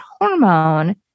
hormone